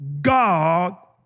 God